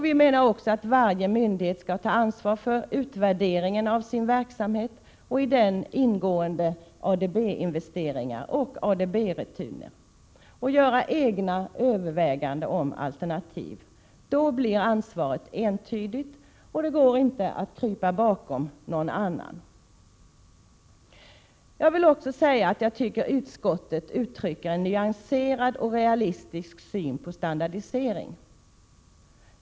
Vi menar också att varje myndighet skall ta ansvar för utvärderingen av sin verksamhet och i den ingående ADB-investeringar och ADB-rutiner samt göra egna överväganden om alternativ. Då blir ansvaret entydigt, och det går inte att krypa bakom någon annan. Jag vill också säga att jag tycker utskottet uttrycker en nyanserad och realistisk syn på standardisering.